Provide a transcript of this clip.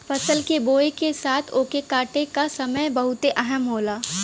फसल के बोए के साथ ओके काटे का समय बहुते अहम होला